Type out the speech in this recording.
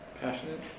Passionate